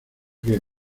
que